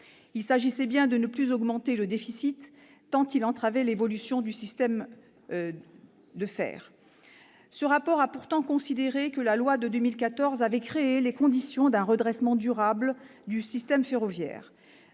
Il s'agissait bien de ne plus augmenter le déficit tant il entravait l'évolution du système ferroviaire. Ce rapport a considéré que la loi de 2014 avait créé « les conditions d'un redressement durable du système ferroviaire